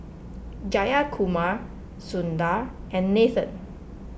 Jayakumar Sundar and Nathan